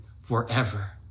forever